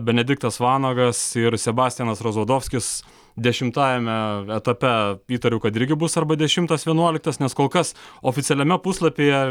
benediktas vanagas ir sebastianas rozvadovskis dešimtajame etape įtariu kad irgi bus arba dešimtas vienuoliktas nes kol kas oficialiame puslapyje